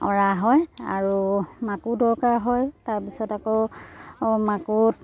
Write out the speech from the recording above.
অঁৰা হয় আৰু মাকো দৰকাৰ হয় তাৰপিছত আকৌ মাকোত